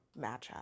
matchup